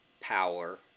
power